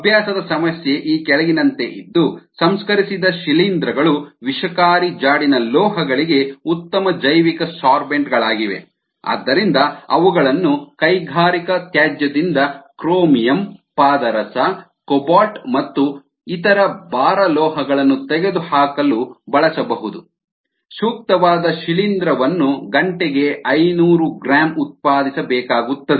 ಅಭ್ಯಾಸದ ಸಮಸ್ಯೆ ಈ ಕೆಳಗಿನಂತೆ ಇದ್ದು ಸಂಸ್ಕರಿಸಿದ ಶಿಲೀಂಧ್ರಗಳು ವಿಷಕಾರಿ ಜಾಡಿನ ಲೋಹಗಳಿಗೆ ಉತ್ತಮ ಜೈವಿಕ ಸೋರ್ಬೆಂಟ್ ಗಳಾಗಿವೆ ಆದ್ದರಿಂದ ಅವುಗಳನ್ನು ಕೈಗಾರಿಕಾ ತ್ಯಾಜ್ಯದಿಂದ ಕ್ರೋಮಿಯಂ ಪಾದರಸ ಕೋಬಾಲ್ಟ್ ಮತ್ತು ಇತರ ಭಾರ ಲೋಹಗಳನ್ನು ತೆಗೆದುಹಾಕಲು ಬಳಸಬಹುದು ಸೂಕ್ತವಾದ ಶಿಲೀಂಧ್ರವನ್ನು ಗಂಟೆಗೆ ಐನೂರು ಗ್ರಾಂ ಉತ್ಪಾದಿಸಬೇಕಾಗುತ್ತದೆ